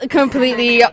completely